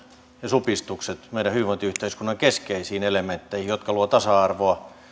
ja supistukset meidän hyvinvointiyhteiskunnan keskeisiin elementteihin jotka luovat tasa arvoa